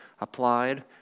applied